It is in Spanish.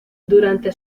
durante